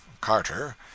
Carter